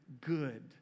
good